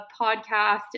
podcast